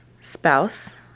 spouse